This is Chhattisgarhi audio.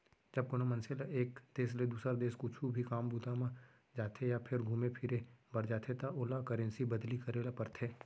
जब कोनो मनसे ल एक देस ले दुसर देस कुछु भी काम बूता म जाथे या फेर घुमे फिरे बर जाथे त ओला करेंसी बदली करे ल परथे